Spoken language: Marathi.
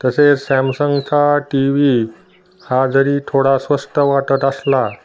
तसेच सॅमसंगचा टी व्ही हा जरी थोडा स्वस्त वाटत असला